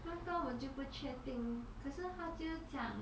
那个我就不确定可是他就是讲